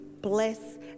Bless